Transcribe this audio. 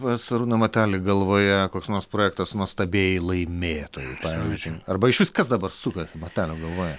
pas arūną matelį galvoje koks nors projektas nuostabiai laimėtojų pavyzdžiui arba išvis kas dabar sukasi matelio galvoje